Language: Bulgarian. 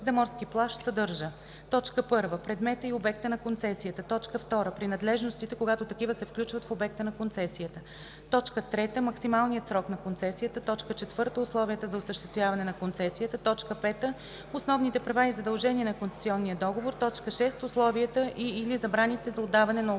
за морски плаж съдържа: 1. предмета и обекта на концесията; 2. принадлежностите – когато такива се включват в обекта на концесията; 3. максималния срок на концесията; 4. условията за осъществяване на концесията; 5. основните права и задължения по концесионния договор; 6. условията и/или забраните за отдаване на обекта